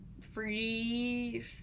free